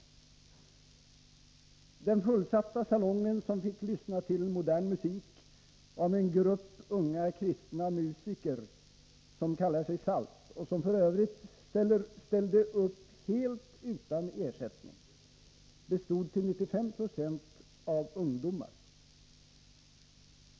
Publiken i den fullsatta salongen, som fick lyssna till modern musik av en grupp unga kristna musiker som kallar sig ”SALT” och som f. ö. ställde upp helt utan ersättning, bestod till 95 26 av ungdomar.